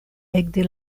ekde